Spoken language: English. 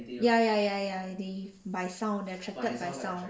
ya ya ya ya they by sound they attracted by sound